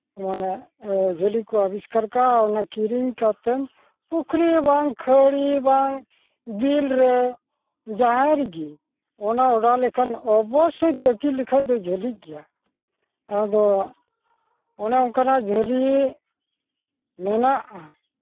ᱢᱟᱱᱮ ᱡᱷᱟᱹᱞᱤ ᱠᱚ ᱟᱹᱵᱤᱥᱠᱟᱨ ᱟᱠᱟᱜᱼᱟ ᱚᱱᱮ ᱠᱤᱨᱤᱧ ᱠᱟᱛᱮᱫ ᱯᱩᱠᱷᱨᱤ ᱵᱟᱝ ᱠᱷᱟᱹᱲᱤ ᱵᱟᱝ ᱫᱤᱞ ᱨᱮ ᱡᱟᱦᱟᱸᱨᱮᱜᱮ ᱚᱱᱟᱭ ᱚᱰᱟᱣ ᱞᱮᱠᱷᱟᱱ ᱛᱟᱹᱠᱤᱡ ᱞᱮᱠᱷᱟᱱ ᱚᱵᱵᱳᱥᱥᱳᱭ ᱛᱟᱹᱠᱤᱡ ᱞᱮᱠᱷᱟᱡ ᱫᱚᱭ ᱡᱷᱟᱹᱞᱤᱜ ᱜᱮᱭᱟ ᱟᱫᱚ ᱚᱱᱮ ᱚᱱᱠᱟᱱᱟᱜ ᱡᱷᱟᱹᱞᱤ ᱢᱮᱱᱟᱜᱼᱟ